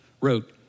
wrote